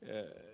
leen